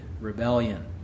rebellion